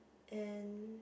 and